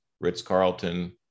Ritz-Carlton